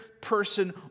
person